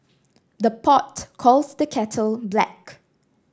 the pot calls the kettle black